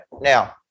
now